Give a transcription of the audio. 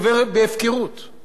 גם כאן וגם בתקשורת.